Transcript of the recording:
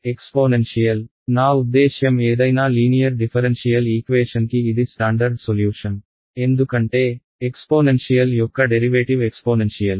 exponential నా ఉద్దేశ్యం ఏదైనా లీనియర్ డిఫరెన్షియల్ ఈక్వేషన్కి ఇది స్టాండర్డ్ సొల్యూషన్ ఎందుకంటే ఎక్స్పోనెన్షియల్ యొక్క డెరివేటివ్ ఎక్స్పోనెన్షియల్